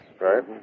right